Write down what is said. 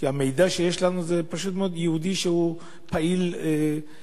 כי המידע שיש לנו זה פשוט מאוד מיהודי שהוא פעיל לטובתם,